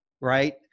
right